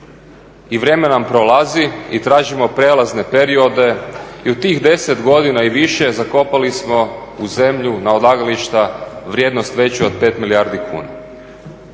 i vrijeme nam prolazi i tražimo prijelazne periode. I u tih 10 godina i više zakopali smo u zemlju na odlagališta vrijednost veću od 5 milijardi kuna.